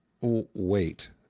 Wait